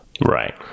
Right